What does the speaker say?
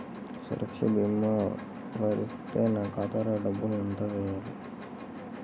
సురక్ష భీమా వర్తిస్తే నా ఖాతాలో డబ్బులు ఎంత వేయాలి?